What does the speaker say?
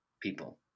people